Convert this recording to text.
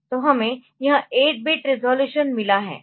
तो हमें यह 8 बिट रिज़ॉल्यूशन मिला है